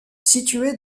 située